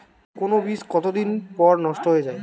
কোন বীজ কতদিন পর নষ্ট হয়ে য়ায়?